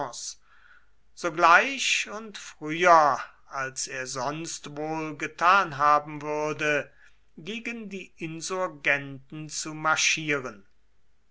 sogleich und früher als er sonst wohl getan haben würde gegen die insurgenten zu marschieren